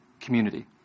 community